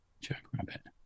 Jackrabbit